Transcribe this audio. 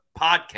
podcast